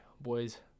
Boys